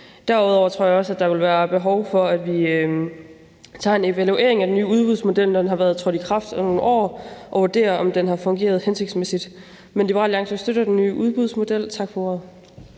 Derudover tror jeg også, der vil være behov for, at vi tager en evaluering af den nye udbudsmodel, når den har været trådt i kraft i nogle år, og vurderer, om den har fungeret hensigtsmæssigt. Men Liberal Alliance støtter den nye udbudsmodel. Tak for ordet.